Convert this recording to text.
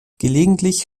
gelegentlich